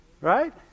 Right